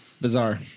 Bizarre